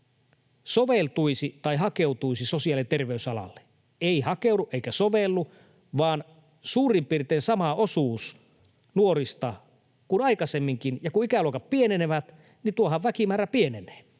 soveltuisi tai hakeutuisi sosiaali- ja terveysalalle. Ei hakeudu eikä sovellu, vaan suurin piirtein sama osuus nuorista kuin aikaisemminkin. Ja kun ikäluokat pienenevät, niin tuo väkimäärähän pienenee.